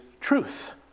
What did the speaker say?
truth